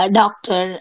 doctor